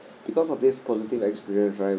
because of this positive experience right